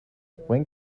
when